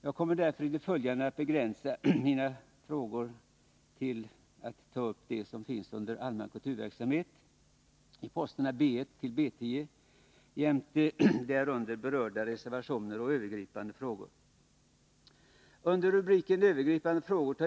Jag kommer därför i det följande att begränsa mig till det som tas upp under rubriken Allmän kulturverksamhet, Posterna B 1-B 10, jämte därunder berörda reservationer och övergripande frågor.